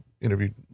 interviewed